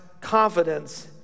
confidence